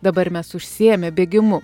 dabar mes užsiėmę bėgimu